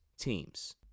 teams